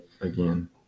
again